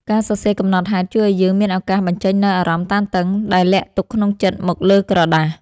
ការសរសេរកំណត់ហេតុជួយឱ្យយើងមានឱកាសបញ្ចេញនូវអារម្មណ៍តានតឹងដែលលាក់ទុកក្នុងចិត្តមកលើក្រដាស។